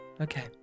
Okay